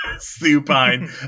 Supine